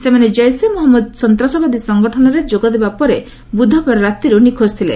ସେମାନେ ଜୈସେ ମହଞ୍ମଦ ସନ୍ତାସବାଦୀ ସଙ୍ଗଠନରେ ଯୋଗଦେବା ପରେ ବୁଧବାର ରାତିରୁ ନିଖୋଜ ଥିଲେ